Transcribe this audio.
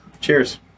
Cheers